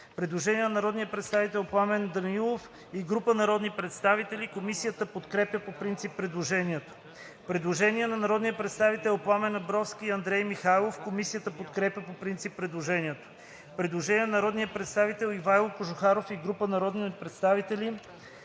Предложение на народния представител Пламен Данаилов и група народни представители. Комисията подкрепя по принцип предложението. Предложение на народния представител Пламен Абровски и Андрей Михайлов. Комисията подкрепя по принцип предложението. Предложение на народния представител Ивайло Кожухаров и група народни представители.